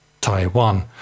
taiwan